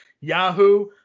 Yahoo